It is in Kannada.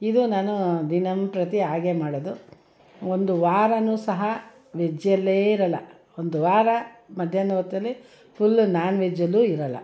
ಇದು ನಾನು ದಿನಂಪ್ರತಿ ಹಾಗೆ ಮಾಡೊದು ಒಂದು ವಾರವೂ ಸಹ ವೆಜ್ಜಲ್ಲೇ ಇರೋಲ್ಲ ಒಂದು ವಾರ ಮಧ್ಯಾಹ್ನದ್ ಹೊತ್ತಲ್ಲಿ ಫುಲ್ ನಾನ್ ವೆಜ್ಜಲ್ಲು ಇರೋಲ್ಲ